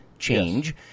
change